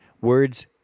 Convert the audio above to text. Words